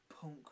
punk